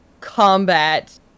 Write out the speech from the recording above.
combat